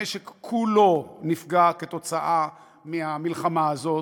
המשק כולו נפגע מהמלחמה הזאת,